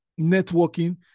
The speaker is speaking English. Networking